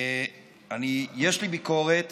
יש לי ביקורת,